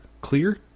clear